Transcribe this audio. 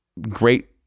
great